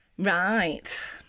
Right